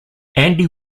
andy